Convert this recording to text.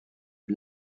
des